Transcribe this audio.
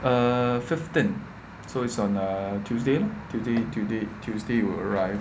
uh fifteen so it's on uh tuesday lor tue~ tue~ tuesday it will arrive